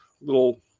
little